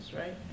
right